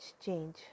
change